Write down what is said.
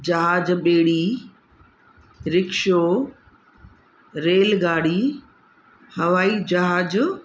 जहाज ॿेड़ी रिक्शो रेलगाड़ी हवाई जहाज